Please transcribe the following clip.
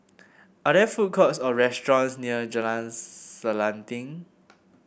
are there food courts or restaurants near Jalan Selanting